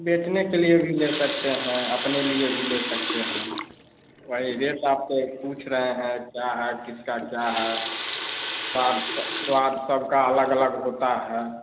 बेचने के लिए भी ले सकते हैं अपने लिए भी ले सकते हैं वही रेट आपसे पूछ रहे हैं क्या है किसका क्या है स्वाद स्वाद सबका अलग अलग होता है